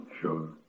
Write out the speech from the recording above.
sure